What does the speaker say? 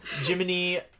Jiminy